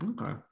Okay